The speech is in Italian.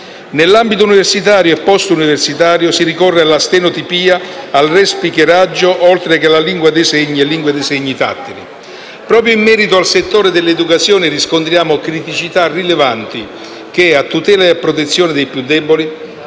Nell'ambito universitario e postuniversitario si ricorre alla stenotipia, al respeakeraggio, oltre che alla lingua italiana dei segni e alla lingua italiana dei segni tattile. Proprio in merito al settore dell'educazione riscontriamo criticità rilevanti che, a tutela e a protezione dei più deboli,